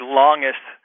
longest